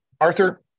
Arthur-